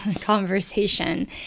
conversation